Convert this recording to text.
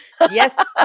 Yes